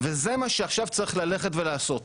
וזה מה שעכשיו צריך ללכת ולעשות.